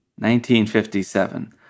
1957